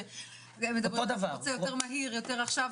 שרוצה את הכול יותר מהר ועכשיו,